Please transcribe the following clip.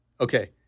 okay